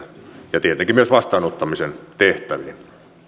ja tietenkin myös vastaanottamisen tehtäviin